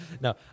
No